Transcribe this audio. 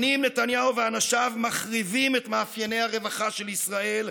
שנים נתניהו ואנשים מחריבים את מאפייני הרווחה של ישראל,